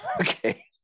Okay